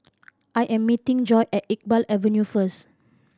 I am meeting Joi at Iqbal Avenue first